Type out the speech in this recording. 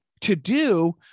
to-do